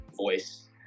voice